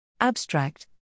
Abstract